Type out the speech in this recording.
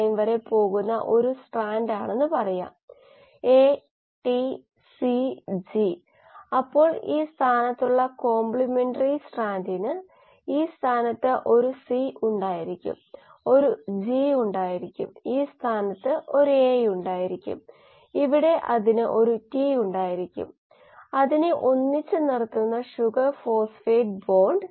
H സൂചിപ്പിക്കുന്ന ചില fluorescent ചായങ്ങളുണ്ട് പക്ഷേ നമ്മൾക്ക് അവ ശരിക്കും ഉപയോഗിക്കാൻ കഴിയില്ല കാരണം ആ ചായങ്ങൾ ചോർന്നുപോകാനുള്ള സാധ്യത ഉണ്ട് BCECF - AM അത്തരമൊരു ചായമാണ് തീർച്ചയായും ഇത് ചില വിശദാംശങ്ങളാണ് അത് ചിലർക്ക് താൽപ്പര്യമുണ്ടാകാം അതിനാലാണ് ഞാൻ ഇത് ഹ്രസ്വമായി പരാമർശിക്കുന്നത്